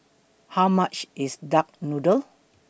How much IS Duck Noodle